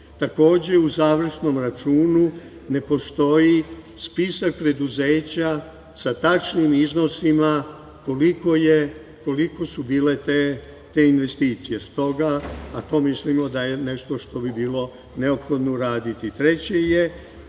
Takođe, u završnom računu ne postoji spisak preduzeća sa tačnim iznosima kolike su bile te investicije. Stoga mislimo da je to nešto što bi bilo neophodno uraditi. Treće je,